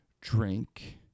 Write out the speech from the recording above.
drink